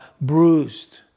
bruised